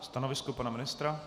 Stanovisko pana ministra?